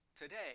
Today